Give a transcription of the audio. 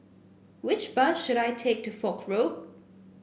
which bus should I take to Foch Road